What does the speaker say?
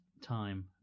time